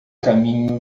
caminho